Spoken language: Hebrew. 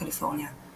קליפורניה.